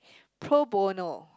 pro bono